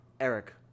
Eric